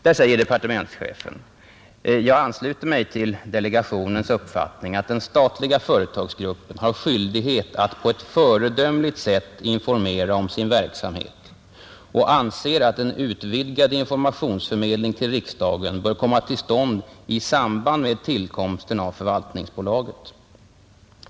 Där säger departe Granskning av statsmentsehefen; rådens ämbetsutöv ”Jag ansluter mig till delegationens uppfattning att den statliga ning m.m. företagsgruppen har skyldighet att på ett föredömligt sätt informera om sin verksamhet och anser att en utvidgad informationsförmedling till riksdagen bör komma till stånd i samband med tillkomsten av förvaltningsbolaget.